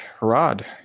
Rod